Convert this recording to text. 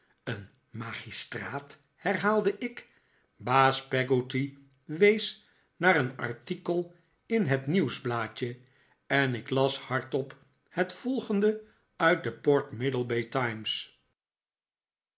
een magistraat herhaalde ik baas peggotty wees naar een artikel in het nieuwsblaadje en ik las hardop het volgende uit den port middlebay times